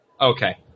Okay